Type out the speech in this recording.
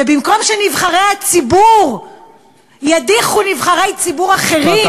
ובמקום שנבחרי הציבור ידיחו נבחרי ציבור אחרים,